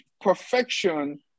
Perfection